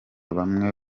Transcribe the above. bamwe